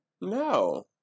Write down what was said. No